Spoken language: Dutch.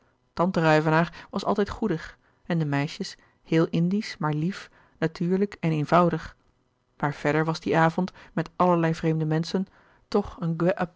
tante ruyvenaer was altijd goedig en de meisjes heel indisch maar lief natuurlijk en eenvoudig maar verder was die avond met allerlei vreemde menschen toch een